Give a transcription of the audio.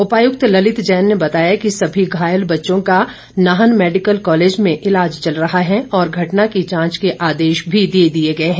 उपायुक्त ललित जैन ने बताया कि सभी घायल बच्चों का नाहन मैडिकल कॉलेज में इलाज चल रहा है और घटना की जांच के आदेश भी दे दिए हैं